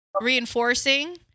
reinforcing